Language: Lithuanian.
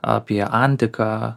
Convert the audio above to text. apie antiką